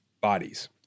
bodies